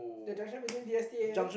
the junction between D_S_T_A and